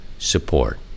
support